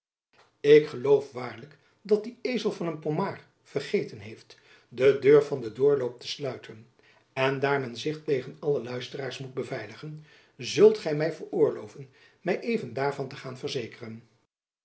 ik geloof waarlijk dat die ezel van een pomard vergeten heeft de deur van den doorloop te sluiten en daar men zich tegen alle luisteraars moet beveiligen zult gy my veroorloven my even daarvan te gaan verzekeren